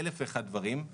אלף ואחד דברים.